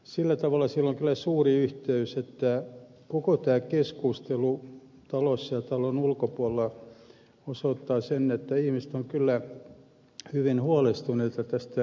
sillä tavalla sillä on kyllä yhteys että tämä keskustelu talossa ja talon ulkopuolella osoittaa sen että ihmiset ovat hyvin huolestuneita tästä lisääntyvästä valvonnasta